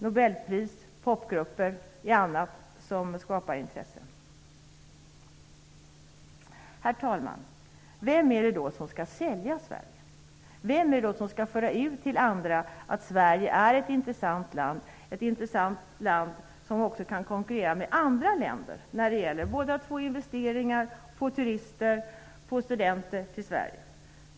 Nobelpris och popgrupper är annat som skapar intresse. Herr talman! Vem är det då som skall sälja Sverige? Vem skall föra ut till andra att Sverige är ett intressant land, ett land som också kan konkurrera med andra länder när det gäller att dra till sig investeringar, turister och studenter?